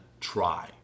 try